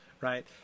right